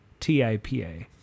TIPA